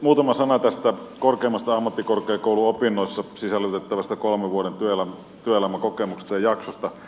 muutama sana korkeampiin ammattikorkeakouluopintoihin sisällytettävästä kolmen vuoden työelämäkokemuksen jaksosta